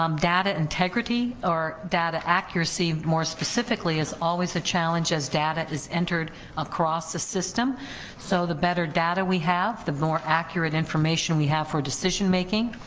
um data integrity, or data accuracy. more specifically as always a challenge as data is entered across the system so the better data we have, the more accurate information we have for decision making.